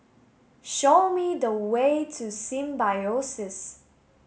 show me the way to Symbiosis